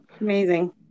Amazing